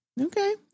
Okay